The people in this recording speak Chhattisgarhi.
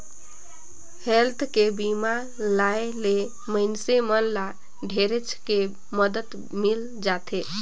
हेल्थ के बीमा आय ले मइनसे मन ल ढेरेच के मदद मिल जाथे